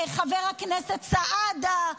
חבר הכנסת סעדה,